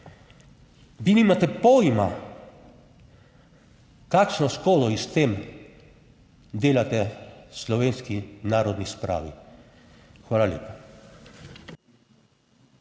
Vi nimate pojma, kakšno škodo s tem delate slovenski narodni spravi. Hvala lepa.